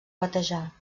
batejar